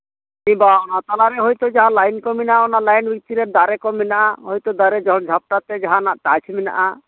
ᱠᱤᱝᱵᱟ ᱛᱟᱞᱟᱨᱮ ᱦᱚᱭᱛᱳ ᱡᱟᱦᱟᱸ ᱞᱟᱭᱤᱱ ᱠᱚ ᱢᱮᱱᱟᱜ ᱚᱱᱟ ᱞᱟᱭᱤᱱ ᱵᱷᱤᱛᱨᱤ ᱨᱮ ᱫᱟᱨᱮ ᱠᱚ ᱢᱮᱱᱟᱜᱼᱟᱦᱳᱭᱛᱳ ᱫᱟᱨᱮ ᱡᱷᱟᱯᱴᱟ ᱛᱮ ᱡᱟᱦᱟᱱᱟᱜ ᱴᱟᱪ ᱢᱮᱱᱟᱜᱼᱟ